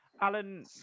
Alan